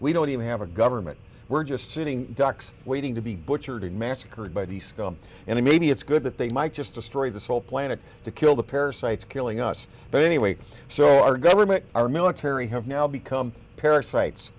we don't even have a government we're just sitting ducks waiting to be butchered massacred by the scum and maybe it's good that they might just destroy this whole planet to kill the parasites killing us there anyway so our government our military have now become parasites